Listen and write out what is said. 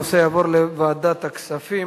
הנושא יעבור לוועדת הכספים.